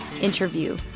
interview